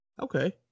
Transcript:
okay